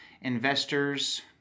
investors